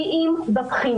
כי אם בבחינה.